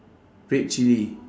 red chilli